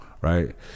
right